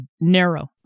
narrow